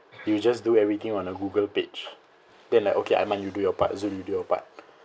you just do everything on a google page then like okay iman you do your part zul you do your part